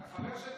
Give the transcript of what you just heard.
אחמד היום